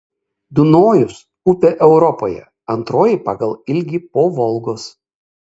dunojus upė europoje antroji pagal ilgį po volgos